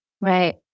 Right